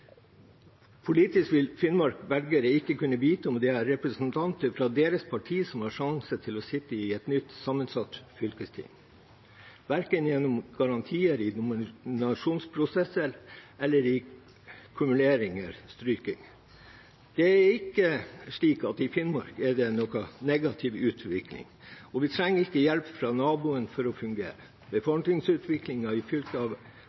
Politisk vil Finnmarks velgere ikke kunne vite om det er representanter fra deres parti som har sjanse til å sitte i et nytt sammensatt fylkesting, verken gjennom garantier i nominasjonsprosesser eller i kumuleringer/strykninger. Det er ikke slik at det i Finnmark er noen negativ utvikling, og vi trenger ikke hjelp fra naboen for å fungere. Befolkningsutviklingen i fylket